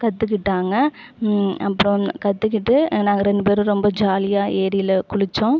கற்றுக்கிட்டாங்க அப்புறோம் கற்றுக்கிட்டு நாங்கள் ரெண்டு பேரும் ரொம்ப ஜாலியாக ஏரியில குளிச்சோம்